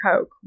coke